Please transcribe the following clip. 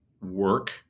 work